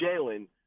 Jalen